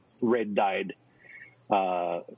red-dyed